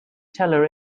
teller